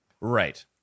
right